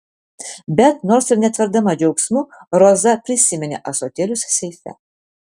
bet nors ir netverdama džiaugsmu roza prisiminė ąsotėlius seife